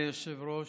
אדוני היושב-ראש,